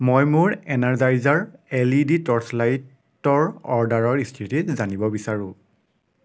মই মোৰ Energizer L E D টৰ্চলাইটৰ অৰ্ডাৰৰ স্থিতি জানিব বিচাৰোঁ